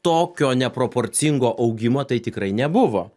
tokio neproporcingo augimo tai tikrai nebuvo